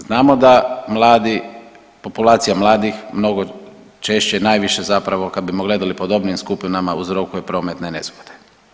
Znamo da mladi, populacija mladih mnogo češće i najviše zapravo kad bi gledali po dobnim skupinama uzrokuje prometne nezgodne.